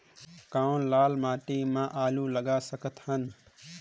कौन लाल माटी म आलू लगा सकत हन?